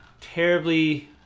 terribly